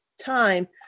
time